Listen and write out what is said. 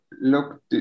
look